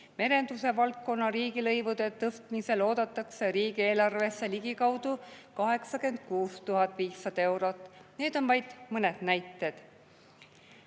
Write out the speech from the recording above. Merenduse valdkonna riigilõivude tõstmisel oodatakse riigieelarvesse ligikaudu 86 500 euro [lisandumist]. Need on vaid mõned näited.